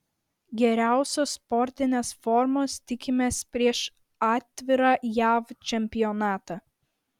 geriausios sportinės formos tikimės prieš atvirą jav čempionatą